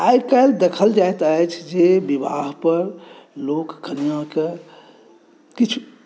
आइ काल्हि देखल जाइत अछि जे विवाह पर लोक कनिआँक किछु